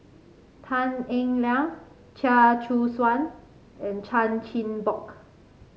Tan Eng Liang Chia Choo Suan and Chan Chin Bock